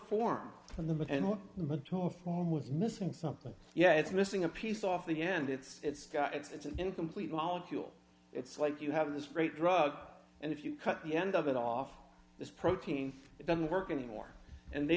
led to our form was missing something yeah it's missing a piece off the end it's got it's an incomplete molecule it's like you have this great drug and if you cut the end of it off this protein it doesn't work anymore and they